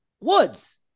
Woods